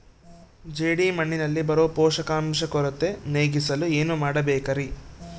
ಜೇಡಿಮಣ್ಣಿನಲ್ಲಿ ಬರೋ ಪೋಷಕಾಂಶ ಕೊರತೆ ನೇಗಿಸಲು ಏನು ಮಾಡಬೇಕರಿ?